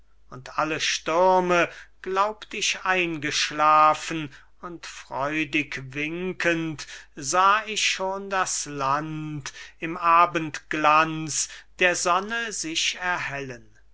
und alle stürme glaubt ich eingeschlafen und freudig winkend sah ich schon das land im abendglanz der sonne sich erhellen